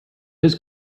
his